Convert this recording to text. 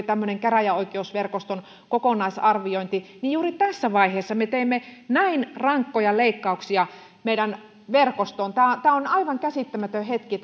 tämmöinen käräjäoikeusverkoston kokonaisarviointi juuri tässä vaiheessa me teemme näin rankkoja leikkauksia meidän verkostoomme tämä on aivan käsittämätön hetki